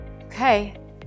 Okay